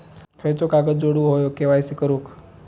खयचो कागद जोडुक होयो के.वाय.सी करूक?